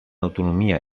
autonomia